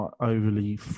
overly